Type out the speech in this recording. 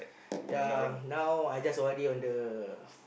yea now I just O_R_D on the